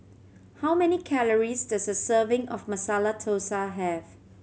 how many calories does a serving of Masala Dosa have